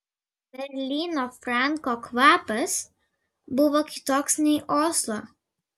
berlyno franko kvapas buvo kitoks nei oslo